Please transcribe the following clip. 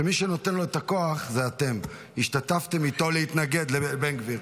שמי שנותן לו את הכוח זה אתם, להתנגד, לבן גביר.